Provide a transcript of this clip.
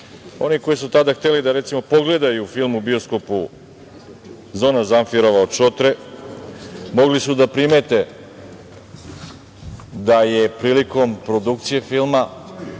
koji su tada hteli, da recimo, pogledaju film u bioskopu „Zona Zamfirova“ od Šotre, mogli su da primete da je prilikom produkcije filma